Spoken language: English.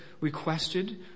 requested